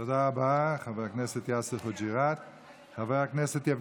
תודה רבה, חבר הכנסת יאסר חוג'יראת.